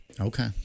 Okay